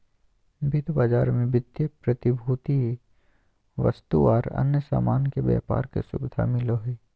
वित्त बाजार मे वित्तीय प्रतिभूति, वस्तु आर अन्य सामान के व्यापार के सुविधा मिलो हय